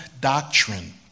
doctrine